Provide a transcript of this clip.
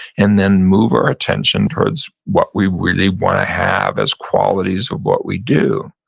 and then move our attention towards what we really wanna have as qualities of what we do.